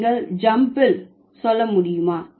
நீங்கள் ஜம்ப்பிள் சொல்ல முடியுமா